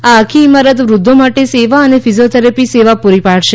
આ આખી ઇમારત વૃદ્ધો માટે સેવા અને ફિઝીયોથેરાપી સેવા પૂરી પાડશે